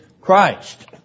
Christ